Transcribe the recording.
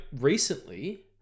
recently